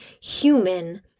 human